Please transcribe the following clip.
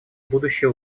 будущее